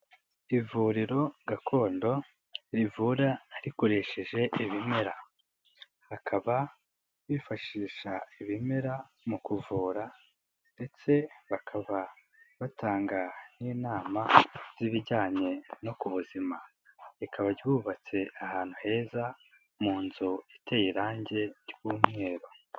Ivuriro gakondo rivura rikoresheje ibimera bakaba bifashisha ibimera mu kuvura ndetse bakaba batanga n'inama z'ibijyanye no ku buzima, rikaba ryubatse ahantu heza mu nzu iteye irange ry'umweru.